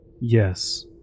Yes